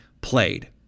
played